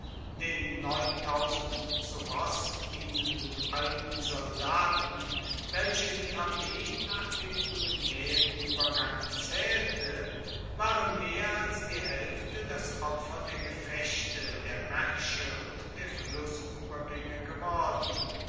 den zu ross dienenden alten soldaten welche die armee nach dem pyrenaeenuebergang zaehlte waren mehr als die haelfte das opfer der gefechte der maersche und der flussuebergaenge geworden